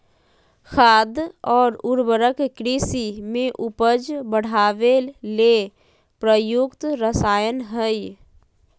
खाद और उर्वरक कृषि में उपज बढ़ावे ले प्रयुक्त रसायन हइ